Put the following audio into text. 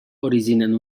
originen